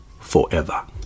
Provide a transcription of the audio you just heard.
forever